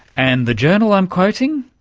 and the journal i'm quoting?